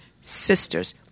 sisters